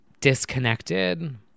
Disconnected